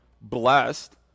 blessed